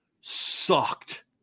sucked